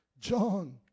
John